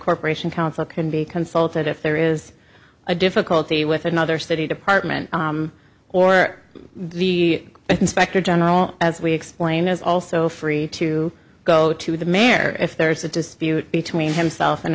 corporation council can be consulted if there is a difficulty with another city department or the inspector general as we explain is also free to go to the mayor if there is a dispute between himself